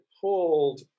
pulled